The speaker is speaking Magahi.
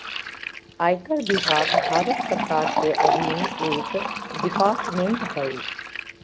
आयकर विभाग भारत सरकार के अधीन एक डिपार्टमेंट हय